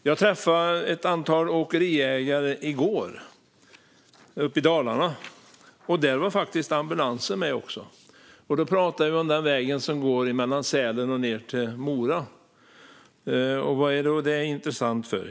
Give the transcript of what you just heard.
Jag träffade i går ett antal åkeriägare uppe i Dalarna, och även ambulansen var faktiskt med. Vi pratade om vägen som går mellan Sälen och Mora. Varför är det då intressant?